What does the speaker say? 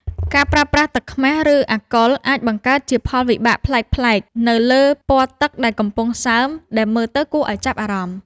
ការប្រើប្រាស់ទឹកខ្មេះ ឬ អាល់កុលអាចបង្កើតជាផលវិបាកប្លែកៗនៅលើពណ៌ទឹកដែលកំពុងសើមដែលមើលទៅគួរឱ្យចាប់អារម្មណ៍។